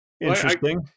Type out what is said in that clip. interesting